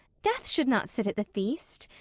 death should not sit at the feast.